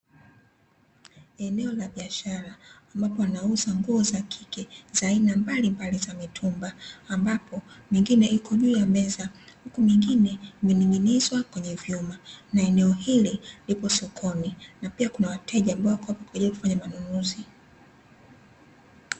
Eneo la biashara ambapo anauza nguo za kike za aina mbalimbali za mitumba, ambapo mengine iko juu ya meza huku mengine imening'inizwa kwenye vyuma. Na eneo hili lipo sokoni na pia kuna wateja ambao wako hapa kwa ajili ya kufanya manunuzi.